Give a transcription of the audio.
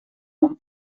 own